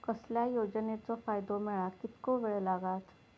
कसल्याय योजनेचो फायदो मेळाक कितको वेळ लागत?